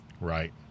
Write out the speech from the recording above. Right